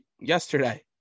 yesterday